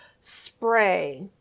spray